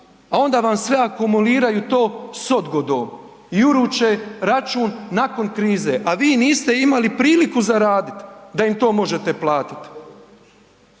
a onda vam sve akumuliraju to s odgodom i uruče račun nakon krize, a vi niste imali priliku zaradit da im to možete platit.